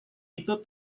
itu